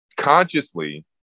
consciously